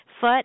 foot